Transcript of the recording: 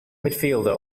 midfielder